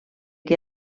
que